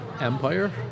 empire